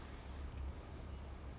would've written on her wall lah